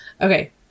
Okay